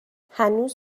هنوز